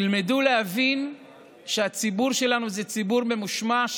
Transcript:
תלמדו להבין שהציבור שלנו זה ציבור ממושמע,